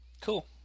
Cool